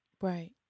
Right